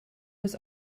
bis